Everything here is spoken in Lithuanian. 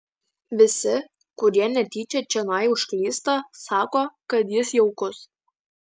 visi kurie netyčia čionai užklysta sako kad jis jaukus